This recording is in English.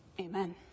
Amen